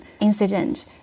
incident